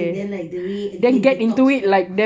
and then like the way again detox